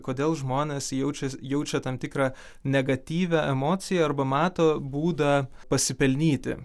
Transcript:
kodėl žmonės jaučias jaučia tam tikrą negatyvią emociją arba mato būdą pasipelnyti